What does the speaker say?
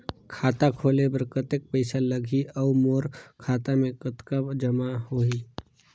खाता खोले बर कतेक पइसा लगही? अउ मोर खाता मे कतका जमा होही?